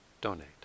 donate